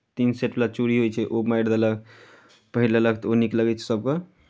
तीन सेटवला चूड़ी होइ छै ओ मारि देलक पहीर लेलक तऽ ओ नीक लगै छै सभकेँ